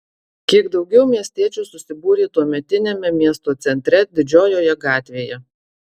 kiek daugiau miestiečių susibūrė tuometiniame miesto centre didžiojoje gatvėje